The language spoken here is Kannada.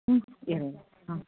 ಹ್ಞೂ ಹಾಂ